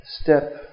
step